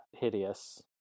hideous